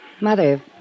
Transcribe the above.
Mother